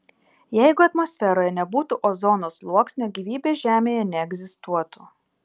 jeigu atmosferoje nebūtų ozono sluoksnio gyvybė žemėje neegzistuotų